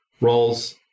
roles